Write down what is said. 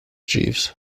jeeves